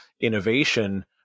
innovation